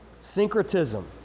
Syncretism